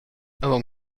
avon